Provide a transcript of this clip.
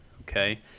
okay